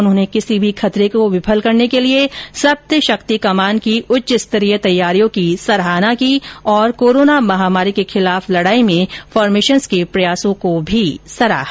उन्होंने किसी भी खतरे को विफल करने के लिए सप्तशक्ति कमान की उच्चस्तरीय तैयारियों की सराहना की और कोरोना महामारी के खिलाफ लडाई में फार्मेशनस के प्रयासों को भी सराहा